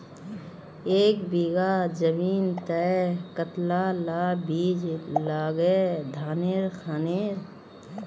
एक बीघा जमीन तय कतला ला बीज लागे धानेर खानेर?